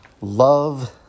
love